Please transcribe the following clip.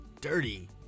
dirty